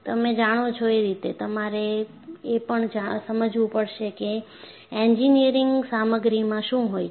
તમે જાણો છો એ રીતે તમારે એ પણ સમજવું પડશે કે એન્જિનિયરિંગ સામગ્રીમાં શું હોય છે